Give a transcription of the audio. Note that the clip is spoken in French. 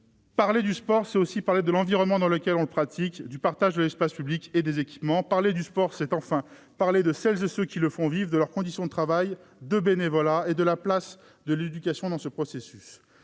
Parler du sport, c'est aussi parler de l'environnement dans lequel on le pratique, du partage de l'espace public et des équipements. Parler du sport, c'est enfin parler de celles et de ceux qui le font vivre, de leurs conditions de travail, de bénévolat et de la place de l'éducation dans ce processus.